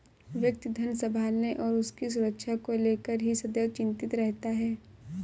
व्यक्ति धन संभालने और उसकी सुरक्षा को लेकर ही सदैव चिंतित रहता है